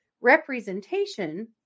representation